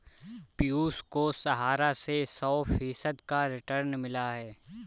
पियूष को सहारा से सौ फीसद का रिटर्न मिला है